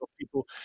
people